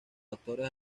actores